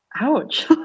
ouch